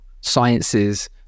sciences